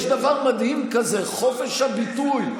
יש דבר מדהים כזה: חופש הביטוי.